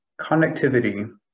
Connectivity